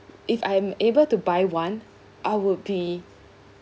if I am able to buy one I will be